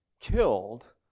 killed